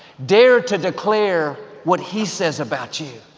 dare to declare what he says about you.